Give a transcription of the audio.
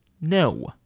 no